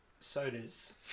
Sodas